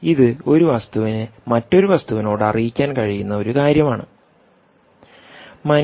ഇത് ഒരു വസ്തുവിന് മറ്റൊരു വസ്തുവിനോട് അറിയിക്കാൻ കഴിയുന്ന ഒരു കാര്യം ആണ്